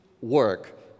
work